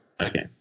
Okay